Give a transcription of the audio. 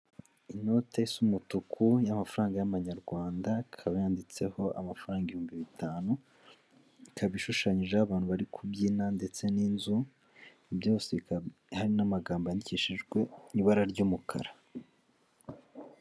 Inote isa umutuku y'amafaranga y'amanyarwanda, ikaba yanditseho amafaranga ibihumbi bitanu, ikaba ishushanyijeho abantu bari kubyina ndetse n'inzu, hari n'amagambo yandikishijwe ibara ry'umukara.